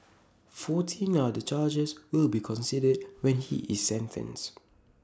fourteen other charges will be considered when he is sentenced